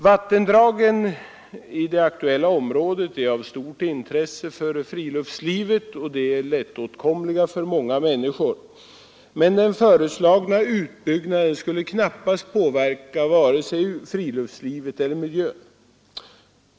Vattendragen i det aktuella området är av stort intresse för friluftslivet och lättåtkomliga för många människor, och den föreslagna utbyggnaden skulle knappast påverka vare sig friluftslivet eller miljön.